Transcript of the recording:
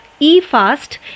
eFast